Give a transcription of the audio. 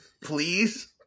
Please